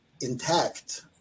Intact